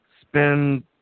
spend